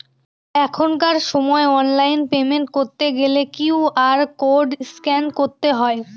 এখনকার সময় online payment করতে গেলে কিউ.আর কোড স্ক্যান করতে হয়